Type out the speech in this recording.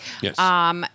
Yes